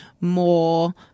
more